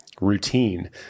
routine